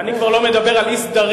אני כבר לא מדבר על אי-סדרים